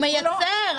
הוא מייצר.